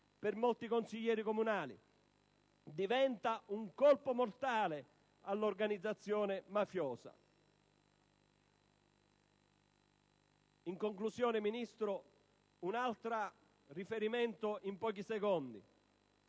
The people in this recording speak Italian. per molti consiglieri comunali. Diventa un colpo mortale all'organizzazione mafiosa. In conclusione, Ministro, un altro riferimento: il volontariato